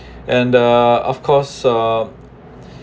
and uh of course uh